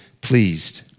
pleased